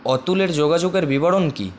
অতুলের যোগাযোগের বিবরণ কী